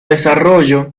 desarrollo